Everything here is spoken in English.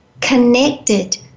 connected